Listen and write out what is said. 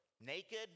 naked